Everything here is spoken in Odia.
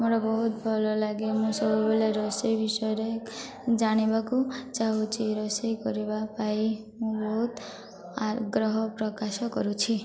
ମୋର ବହୁତ ଭଲ ଲାଗେ ମୁଁ ସବୁବେଳେ ରୋଷେଇ ବିଷୟରେ ଜାଣିବାକୁ ଚାହୁଁଛି ରୋଷେଇ କରିବା ପାଇଁ ମୁଁ ବହୁତ ଆଗ୍ରହ ପ୍ରକାଶ କରୁଛି